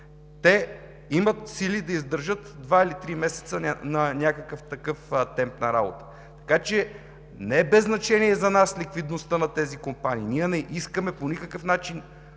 те имат сили да издържат два или три месеца на някакъв такъв темп на работа. Така че не е без значение за нас ликвидността на тези компании. Ние не искаме по никакъв начин